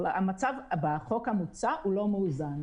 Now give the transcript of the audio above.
המצב בחוק המוצע הוא לא מאוזן.